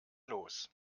los